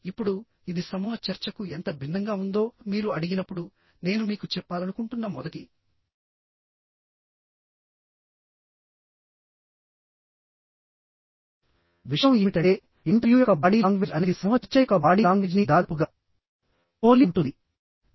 ఇప్పుడుఇది సమూహ చర్చకు ఎంత భిన్నంగా ఉందో మీరు అడిగినప్పుడునేను మీకు చెప్పాలనుకుంటున్న మొదటి విషయం ఏమిటంటే ఇంటర్వ్యూ యొక్క బాడీ లాంగ్వేజ్ అనేది సమూహ చర్చ యొక్క బాడీ లాంగ్వేజ్ని దాదాపుగా పోలి ఉంటుంది